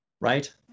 Right